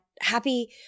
happy